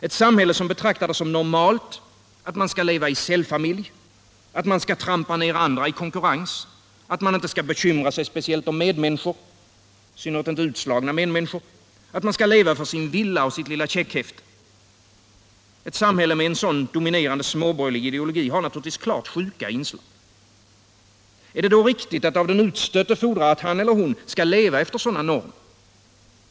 Ett samhälle som betraktar det som normalt att man skall leva i cellfamilj, att man skall trampa ned andra i konkurrens, att man inte skall bekymra sig speciellt om medmänniskor, i synnerhet inte utslagna medmänniskor, att man skall leva för sin villa och sitt lilla checkhäfte — ett samhälle med en sådan dominerande småborgerlig ideologi har naturligtvis klart sjuka inslag. Är det då riktigt att av den utstötte fordra att han eller hon skall leva efter sådana normer?